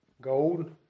Gold